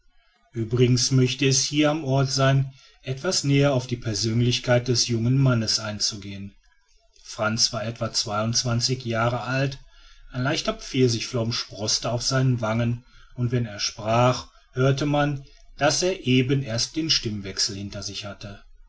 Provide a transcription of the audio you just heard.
uebrigens möchte es hier am ort sein etwas näher auf die persönlichkeit des jungen mannes einzugehen frantz war etwa zweiundzwanzig jahre alt ein leichter pfirsichflaum sproßte auf seinen wangen und wenn er sprach hörte man daß er eben erst den stimmwechsel hinter sich hatte